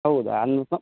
ಹೌದಾ ಅನ್ನು